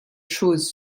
choses